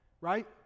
Right